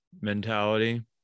mentality